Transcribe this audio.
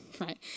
Right